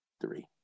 Three